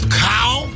cow